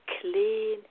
clean